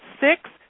Six